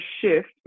shift